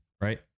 Right